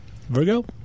Virgo